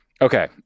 Okay